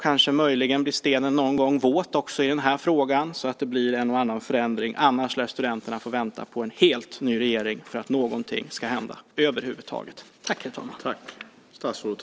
Kanske blir stenen någon gång våt också i den här frågan så att det blir en och annan förändring, annars lär studenterna få vänta på en helt ny regering för att något ska hända över huvud taget.